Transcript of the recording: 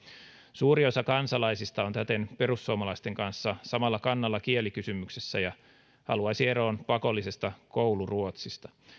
suuri osa kansalaisista on täten perussuomalaisten kanssa samalla kannalla kielikysymyksessä ja haluaisi eroon pakollisesta kouluruotsista